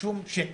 בשום שקל,